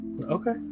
Okay